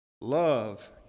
Love